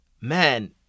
man